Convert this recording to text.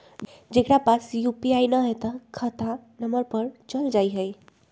जेकरा पास यू.पी.आई न है त खाता नं पर चल जाह ई?